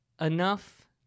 enough